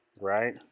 Right